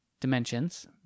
dimensions